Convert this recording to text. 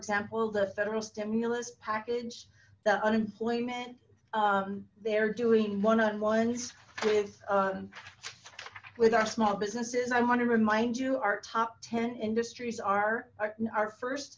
example the federal stimulus package the unemployment they're doing one on ones with with our small businesses i want to remind you our top ten industries are our first